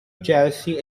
jersey